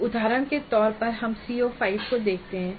एक उदाहरण के तौर पर हम CO5 को देखते है